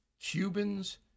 Cubans